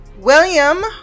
william